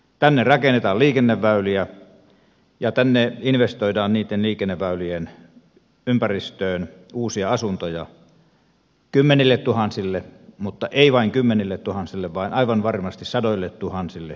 tänne rakennetaan liikenneväyliä ja tänne investoidaan niitten liikenneväylien ympäristöön uusia asuntoja kymmenilletuhansille mutta ei vain kymmenilletuhansille vaan aivan varmasti sadoilletuhansille uusille ihmisille